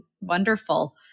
wonderful